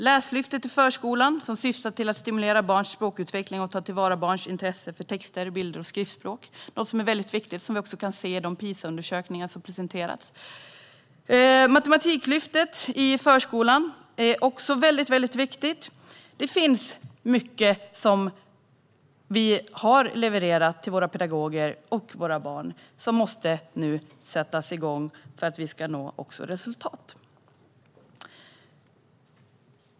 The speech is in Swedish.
Läslyftet i förskolan syftar till att stimulera barns språkutveckling och ta till vara barns intresse för texter, bilder och skriftspråk, något som är väldigt viktigt och som vi kan se i de PISA-undersökningar som har presenterats. Matematiklyftet i förskolan är också väldigt viktigt. Det finns mycket som vi har levererat till våra pedagoger och till våra barn som nu måste sättas igång för att vi också ska nå resultat.